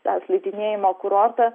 tą slidinėjimo kurortą